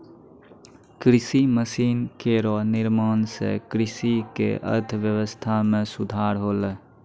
कृषि मसीन केरो निर्माण सें कृषि क अर्थव्यवस्था म सुधार होलै